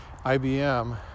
IBM